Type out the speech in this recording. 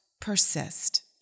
persist